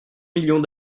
millions